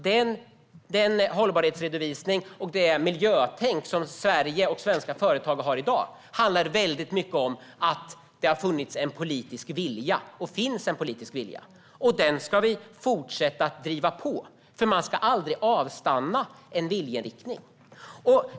Den hållbarhetsredovisning och det miljötänk som Sverige och svenska företag har i dag handlar väldigt mycket om att det har funnits och finns en politisk vilja. Den ska vi fortsätta att driva på, för man ska aldrig avstanna en viljeinriktning.